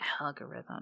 algorithm